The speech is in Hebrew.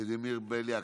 ולדימיר בליאק,